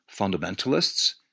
fundamentalists